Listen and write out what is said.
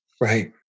Right